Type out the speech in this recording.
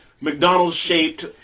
McDonald's-shaped